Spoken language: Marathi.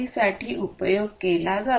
साठी उपयोग केला जातो